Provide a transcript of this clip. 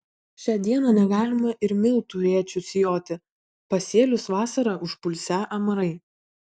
šią dieną negalima ir miltų rėčiu sijoti pasėlius vasarą užpulsią amarai